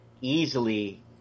easily